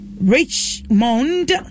Richmond